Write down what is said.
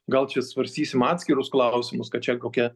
gal čia svarstysim atskirus klausimus kad čia kokia